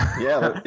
yeah,